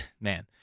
man